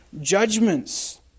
judgments